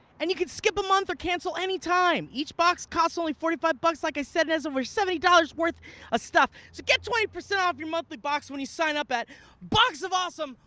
and you can skip a month or cancel anytime, each box costs only forty five bucks, like i said, and has over seventy dollars worth of ah stuff, so get twenty percent off your monthly box when you sign up at box of awesome.